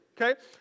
Okay